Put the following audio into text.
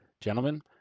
Gentlemen